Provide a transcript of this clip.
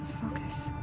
focus.